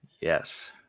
Yes